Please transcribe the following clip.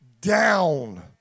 down